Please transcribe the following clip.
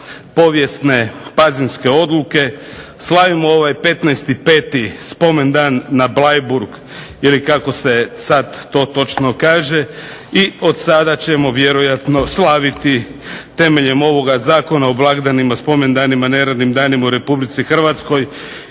povijesne Pazinske odluke, slavimo ovaj 15. 5. spomendan na Bleiburg kako se to točno kaže i od sada ćemo vjerojatno slaviti temeljem ovoga Zakona o blagdanima, spomendanima i neradnim danima u Republici Hrvatskoj